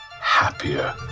happier